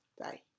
Bye